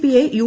പിയെ യു